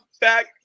back